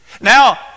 Now